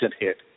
hit